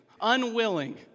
unwilling